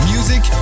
Music